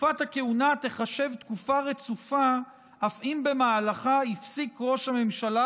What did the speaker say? תקופת הכהונה תיחשב תקופה רצופה אף אם במהלכה הפסיק ראש הממשלה